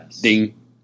ding